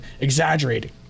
exaggerating